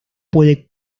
puede